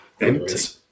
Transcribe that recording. empty